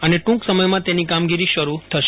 અને ટૂંક સમયમાં તેની કામગીરી શરૂ થશે